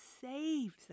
saves